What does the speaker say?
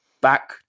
Back